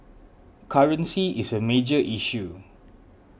currency is a major issue